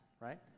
right